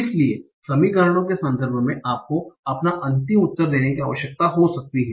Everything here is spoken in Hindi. इसलिए समीकरणों के संदर्भ में आपको अपना अंतिम उत्तर देने की आवश्यकता हो सकती है